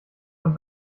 und